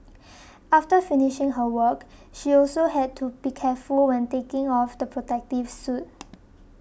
after finished her work she also had to be careful when taking off the protective suit